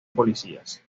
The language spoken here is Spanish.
policías